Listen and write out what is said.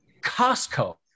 Costco